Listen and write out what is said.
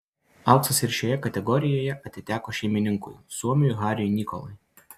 auksas ir šioje kategorijoje atiteko šeimininkui suomiui hariui nikolai